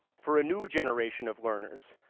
for a new generation of learners,